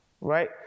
right